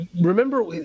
Remember